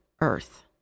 earth